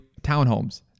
townhomes